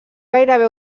gairebé